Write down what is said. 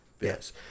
Yes